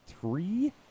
three